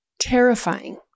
terrifying